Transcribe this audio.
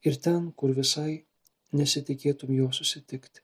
ir ten kur visai nesitikėtum jo susitikti